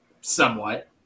Somewhat